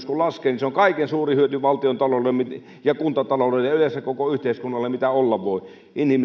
kun työttömyys laskee on kaikkein suurin hyöty valtiontaloudelle ja kuntataloudelle ja yleensä koko yhteiskunnalle mitä olla voi